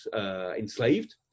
enslaved